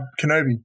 Kenobi